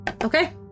Okay